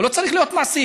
הוא לא צריך להיות מעסיק,